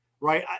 right